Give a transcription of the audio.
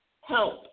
help